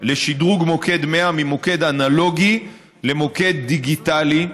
לשדרוג מוקד 100 ממוקד אנלוגי למוקד דיגיטלי,